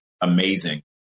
amazing